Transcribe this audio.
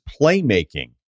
playmaking